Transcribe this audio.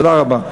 תודה רבה.